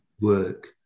work